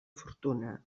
fortuna